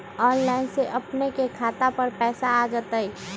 Online से अपने के खाता पर पैसा आ तई?